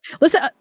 Listen